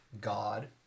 God